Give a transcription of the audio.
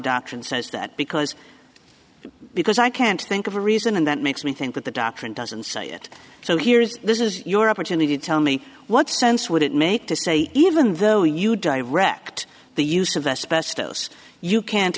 doctrine says that because because i can't think of a reason and that makes me think that the doctrine doesn't say it so here is this is your opportunity to tell me what sense would it make to say even though you direct the use